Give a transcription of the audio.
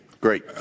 Great